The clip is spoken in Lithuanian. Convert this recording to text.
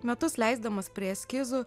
metus leisdamas prie eskizų